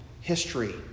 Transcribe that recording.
history